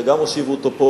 שגם הושיבו אותו פה,